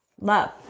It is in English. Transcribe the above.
Love